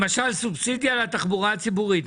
למשל סובסידיה לתחבורה הציבורית,